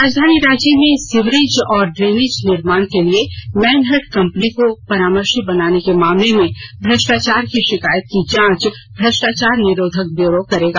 राजधानी रांची में सिवरेज और ड्रेनेज निर्माण के लिए मैनहर्ट कम्पनी को परामर्शी बनाने के मामले में भ्रष्टाचार की शिकायत की जांच भ्रष्टाचार निरोधक ब्यूरो करेगा